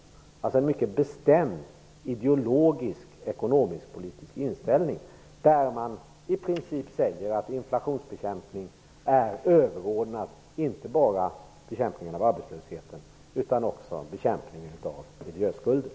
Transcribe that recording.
Det handlar om en mycket bestämd ideologisk ekonomisk-politisk inställning, där man i princip säger att inflationsbekämpning är överordnat inte bara bekämpningen av arbetslösheten utan också bekämpningen av miljöskulden.